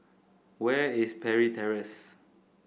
where is Parry Terrace